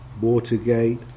Watergate